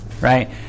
right